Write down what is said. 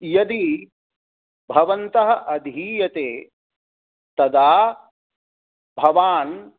यदि भवन्तः अधीयते तदा भवान्